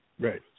Right